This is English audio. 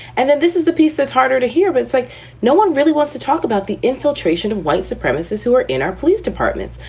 and then this is the piece that's harder to hear. but it's like no one really wants to talk about the infiltration of white supremacists who are in our police departments.